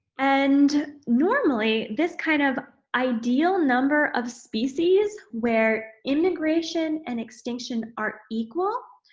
and normally, this kind of ideal number of species where immigration and extinction are equal